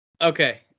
Okay